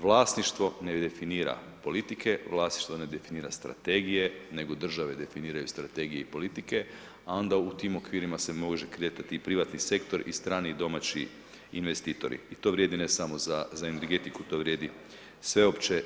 Vlasništvo ne definira politike, vlasništvo ne definira strategije nego države definiraju strategije i politike, a onda u tim okvirima se može kretati i privatni sektor i strani i domaći investitori i to vrijedi ne samo za energetiku, to vrijedi sveopće.